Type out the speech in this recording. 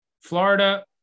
Florida